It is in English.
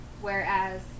whereas